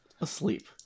asleep